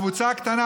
קבוצה קטנה.